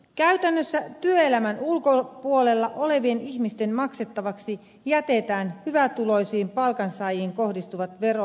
käytännössä työelämän ulkopuolella olevien ihmisten maksettavaksi jätetään hyvätuloisiin palkansaajiin kohdistuvat tuloveron alennukset